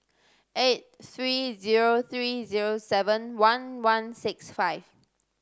eight three zero three zero seven one one six five